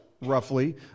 roughly